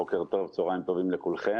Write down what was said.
בוקר טוב, צוהריים טובים לכולכם.